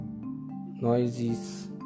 noises